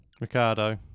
Ricardo